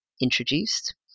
introduced